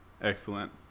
excellent